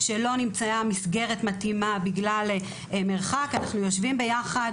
שלא נמצאה מסגרת מתאימה מבחינת מרחק אנחנו יושבים יחד